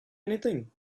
anything